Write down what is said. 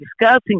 discussing